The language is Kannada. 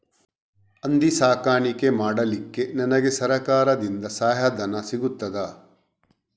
ಹಂದಿ ಸಾಕಾಣಿಕೆ ಮಾಡಲಿಕ್ಕೆ ನನಗೆ ಸರಕಾರದಿಂದ ಸಹಾಯಧನ ಸಿಗುತ್ತದಾ?